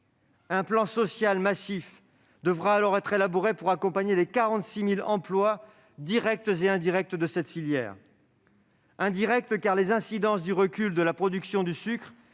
Un plan social massif devra alors être élaboré pour accompagner les 46 000 emplois directs et indirects de cette filière, car les incidences du recul de la production du sucre